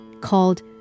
called